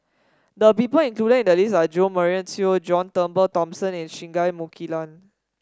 the people included in the list are Jo Marion Seow John Turnbull Thomson and Singai Mukilan